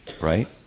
right